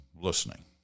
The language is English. listening